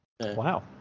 Wow